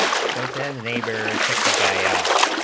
showbiz neighbor take the guy out